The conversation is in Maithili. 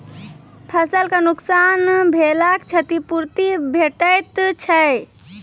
फसलक नुकसान भेलाक क्षतिपूर्ति भेटैत छै?